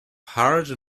hard